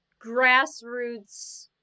grassroots